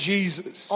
Jesus